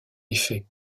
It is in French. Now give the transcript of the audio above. effet